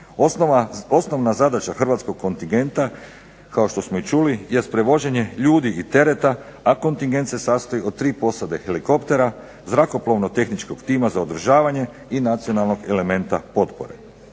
Osnovna zadaća hrvatskog kontingenta kao što smo i čuli jest prevođenje ljudi i tereta, a kontingent se sastoji od tri posade helikoptera, zrakoplovno-tehničkog tima za održavanje i nacionalnog elementa potpore.